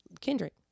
Kendrick